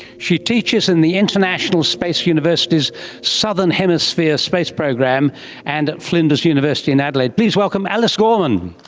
she teaches in the international space university's southern hemisphere space program and at flinders university in adelaide. please welcome alice gorman.